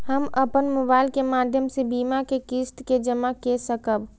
हम अपन मोबाइल के माध्यम से बीमा के किस्त के जमा कै सकब?